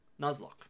Nuzlocke